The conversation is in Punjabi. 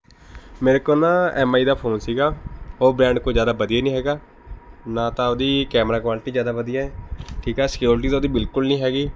ਮੇਰੇ ਕੋਲ ਨਾ ਐੱਮ ਆਈ ਦਾ ਫ਼ੋਨ ਸੀਗਾ ਉਹ ਬ੍ਰੈਂਡ ਕੋਈ ਜ਼ਿਆਦਾ ਵਧੀਆ ਨਹੀਂ ਹੈਗਾ ਨਾ ਤਾਂ ਉਹਦੀ ਕੈਮਰਾ ਕੁਆਲਿਟੀ ਜ਼ਿਆਦਾ ਵਧੀਆ ਹੈ ਠੀਕ ਹੈ ਸਿਕਿਓਰਿਟੀ ਤਾਂ ਉਹਦੀ ਬਿਲਕੁਲ ਨਹੀਂ ਹੈਗੀ